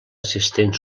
assistent